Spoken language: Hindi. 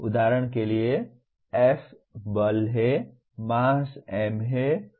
उदाहरण के लिए F बल है मास m है और एक्सेलरेशन a है